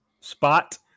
spot